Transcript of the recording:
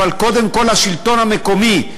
אבל קודם כול השלטון המקומי,